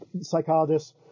psychologists